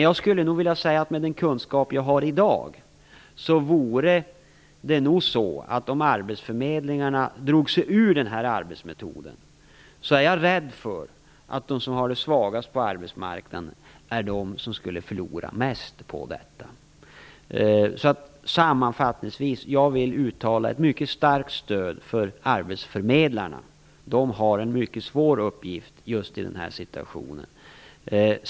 Jag skulle med den kunskap jag har i dag vilja säga att om arbetsförmedlingarna drog sig ur denna arbetsmetod, är jag rädd för att de som är svagast på arbetsmarknaden skulle förlora mest. Jag vill sammanfattningsvis uttala ett mycket starkt stöd för arbetsförmedlarna. De har en mycket svår uppgift just i den här situationen.